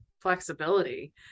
flexibility